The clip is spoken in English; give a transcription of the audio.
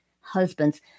husbands